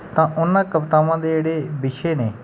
ਤਾਂ ਉਹਨਾਂ ਕਵਿਤਾਵਾਂ ਦੇ ਜਿਹੜੇ ਵਿਸ਼ੇ ਨੇ